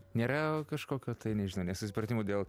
nėra kažkokio tai nežinau nesusipratimo dėl